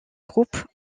groupe